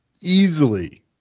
easily